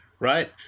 right